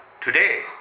today